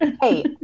Hey